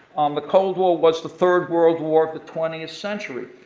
the cold war was the third world war of the twentieth century.